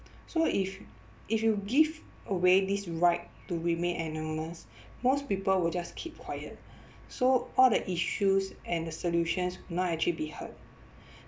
so if if you give away this right to remain anonymous most people will just keep quiet so all the issues and the solutions will not actually be heard